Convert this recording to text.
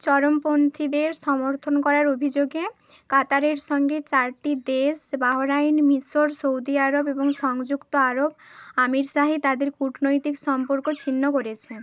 চরমপন্থীদের সমর্থন করার অভিযোগে কাতারের সঙ্গে চারটি দেশ বাহরাইন মিশর সৌদি আরব এবং সংযুক্ত আরব আমিরশাহি তাদের কূটনৈতিক সম্পর্ক ছিন্ন করেছে